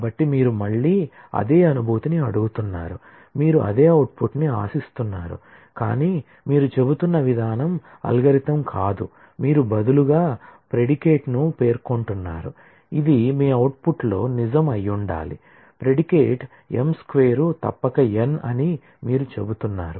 కాబట్టి మీరు మళ్ళీ అదే అనుభూతిని అడుగుతున్నారు మీరు అదే అవుట్పుట్ను ఆశిస్తున్నారు కానీ మీరు చెబుతున్న విధానం అల్గోరిథం కాదు మీరు బదులుగా ప్రిడికేట్ను తప్పక n అని మీరు చెబుతున్నారు